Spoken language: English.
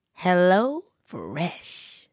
HelloFresh